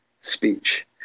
speech